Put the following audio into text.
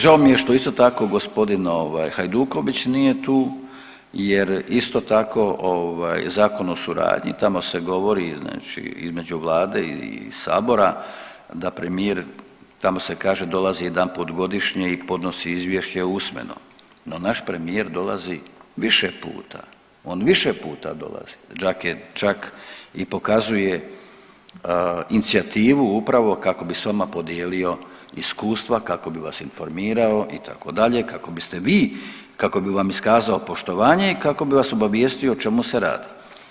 Žao mi je što isto tako g. Hajduković nije tu jer isto tako zakon o suradnji i tamo se govori između vlade i sabora da premijer tamo se kaže dolazi jedanput godišnje i podnosi izvješće usmeno, no naš premijer dolazi više puta, on više puta dolazi, čak i pokazuje inicijativu upravo kako bi s vama podijelio iskustva, kako bi vas informirao itd. kako biste vi kako bi vam iskazao poštovanje i kako bi vas obavijestio o čemu se radi.